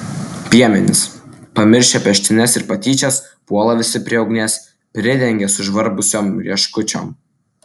piemenys pamiršę peštynes ir patyčias puola visi prie ugnies pridengia sužvarbusiom rieškučiom